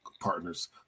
partners